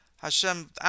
Hashem